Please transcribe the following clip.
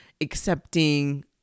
accepting